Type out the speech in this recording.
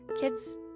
kids